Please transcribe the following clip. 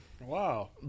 Wow